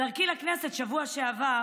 בדרכי לכנסת בשבוע שעבר